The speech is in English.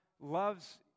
loves